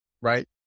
right